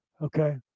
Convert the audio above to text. okay